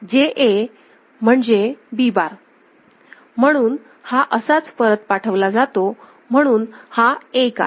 JA म्हणजे B बार म्हणून हा असाच परत पाठवला जातो म्हणून हा 1 आहे